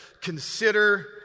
Consider